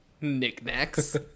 Knickknacks